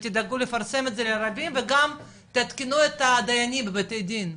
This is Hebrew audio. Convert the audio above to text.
ותדאגו לפרסם את זה לרבים וגם תעדכנו את הדיינים בבתי דין,